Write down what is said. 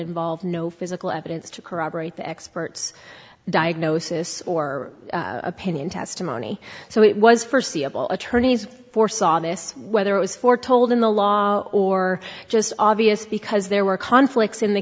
involved no physical evidence to corroborate the experts diagnosis or opinion testimony so it was for seeable attorneys foresaw this whether it was foretold in the law or just obvious because there were conflicts in the